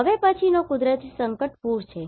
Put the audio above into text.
હવે હવે પછીનો કુદરતી સંકટ પૂર છે